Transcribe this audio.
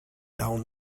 down